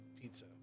pizza